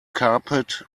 carpet